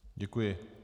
Děkuji.